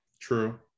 True